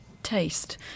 taste